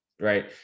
right